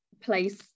place